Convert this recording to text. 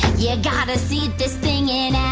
yeah got to see this thing in